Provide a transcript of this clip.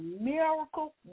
miracle